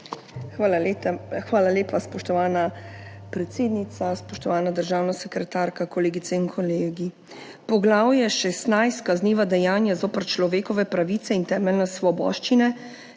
Hvala lepa, spoštovana predsednica. Spoštovana državna sekretarka, kolegice in kolegi! Poglavje 16, Kazniva dejanja zoper človekove pravice in temeljne svoboščine,